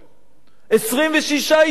26 יישובים?